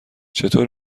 چطور